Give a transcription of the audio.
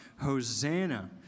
Hosanna